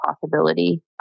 possibility